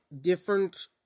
different